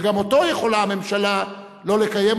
שגם אותו יכולה הממשלה לא לקיים,